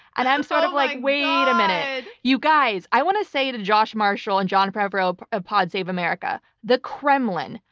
and i'm sort of like, wait a minute, you guys. i want to say to josh marshall and john favreau of pod save america the kremlin,